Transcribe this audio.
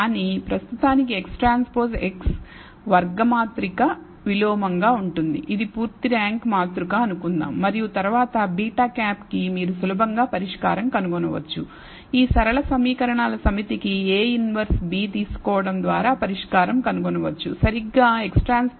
కానీ ప్రస్తుతానికి X transpose X వర్గ మాత్రిక విలోమంగా ఉంటుంది ఇది పూర్తి ర్యాంక్ మాతృక అనుకుందాం మరియు తరువాత β̂ కి మీరు సులభంగా పరిష్కారం కనుగొనవచ్చు ఈ సరళ సమీకరణాలు సమితికి a 1b తీసుకోవడం ద్వారా పరిష్కారం కనుగొనవచ్చు సరిగ్గా XTX విలోమ XTy అవుతుంది